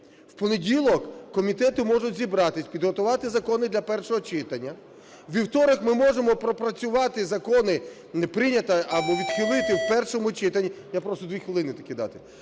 В понеділок комітети можуть зібратися, підготувати закони для першого читання. У вівторок ми можемо пропрацювати закони, прийняти або відхилити в першому читанні. Я прошу 2 хвилини тільки дати.